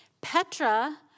Petra